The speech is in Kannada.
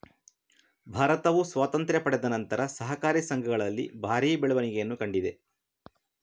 ಭಾರತವು ಸ್ವಾತಂತ್ರ್ಯ ಪಡೆದ ನಂತರ ಸಹಕಾರಿ ಸಂಘಗಳಲ್ಲಿ ಭಾರಿ ಬೆಳವಣಿಗೆಯನ್ನ ಕಂಡಿದೆ